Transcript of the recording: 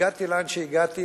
הגעתי לאן שהגעתי,